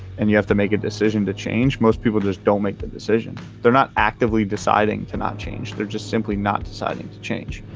and you have to make a decision to change, most people just don't make the decision. they're not actively deciding to not change. they're just simply not deciding to change.